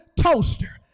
toaster